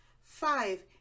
five